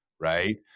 right